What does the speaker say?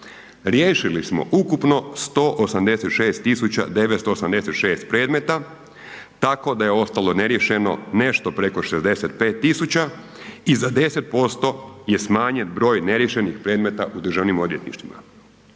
Riješili smo ukupno 186.986 predmeta tako da je ostalo neriješeno nešto preko 65.000 i za 10% je smanjen broj neriješenih predmeta u državnim odvjetništvima.